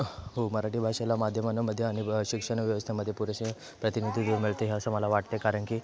हो मराठी भाषेला माध्यमांमध्ये आणि शिक्षण व्यवस्थेमध्ये पुरेसे प्रतिनिधी मिळते असं मला वाटते कारण की